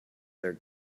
their